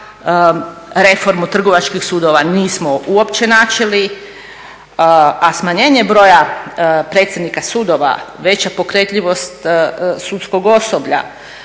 reformu trgovačkih sudova nismo uopće načeli, a smanjenje broja predsjednika sudova, veća pokretljivost sudskog osoblja,